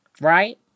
Right